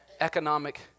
economic